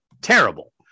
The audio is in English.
terrible